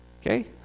Okay